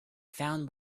found